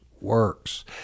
works